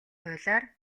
хуулиар